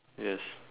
yes